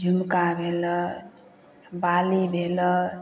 झुमका भेलै बाली भेलै